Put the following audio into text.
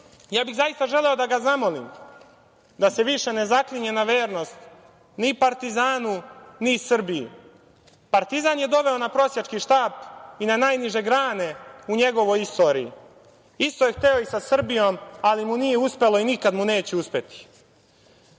ja bih zaista želeo da ga zamolim da se više ne zaklinje na vernost, ni „Partizanu“, ni Srbiji. Partizan je doveo na prosjački štap i na najniže grane u njegovoj istoriji. Isto je hteo i sa Srbijom, ali mu nije uspelo i nikada mu neće uspeti.